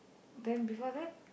then before that